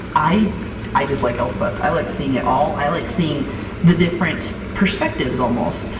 i i just like elfquest! i like seeing it all! i like seeing the different perspectives, almost,